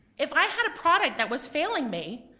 if i had a product that was failing me,